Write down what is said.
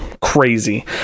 crazy